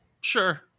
sure